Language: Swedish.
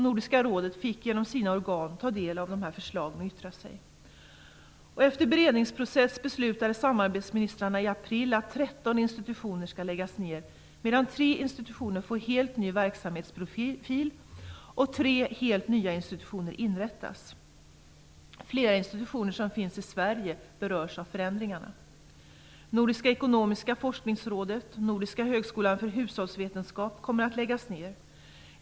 Nordiska rådet fick genom sina organ ta del av förslagen och yttra sig över dem. Efter beredningsprocess beslutade samarbetsministrarna i april att 13 institutioner skall läggas ned medan tre institutioner får en helt ny verksamhetsprofil och tre helt nya institutioner skall inrättas. Flera av de institutioner som finns i Sverige berörs av förändringarna. Nordiska ekonomiska forskningsrådet och Nordiska högskolan för hushållsvetenskap kommer att läggas ned.